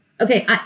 Okay